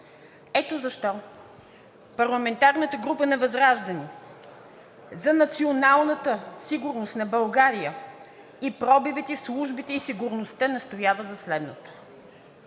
Ето защо парламентарната група на ВЪЗРАЖДАНЕ за националната сигурност на България и пробивите в службите и сигурността настоява за следното: